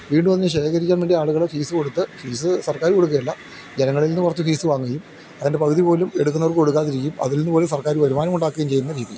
വീണ്ടും അതിനെ ശേഖരിക്കാൻ വേണ്ടി ആളുകൾ ഫീസ് കൊടുത്ത് ഫീസ് സർക്കാർ കൊടുക്കുക ഇല ജനങ്ങളിൽ നിന്ന് കുറച്ച് ഫീസ് വാങ്ങുകയും അതിൻ്റെ പകുതി പോലും എടുക്കുന്നവർക്ക് കൊടുക്കാതിരിക്കുകയും അതിൽ നിന്ന് പോലും സർക്കാർ വരുമാനം ഉണ്ടാക്കുകയും ചെയ്യുന്ന രീതി